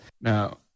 Now